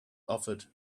offered